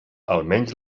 almenys